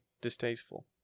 distasteful